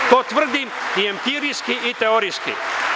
To tvrdim i empirijski i teorijski.